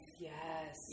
Yes